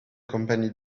company